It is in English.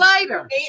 later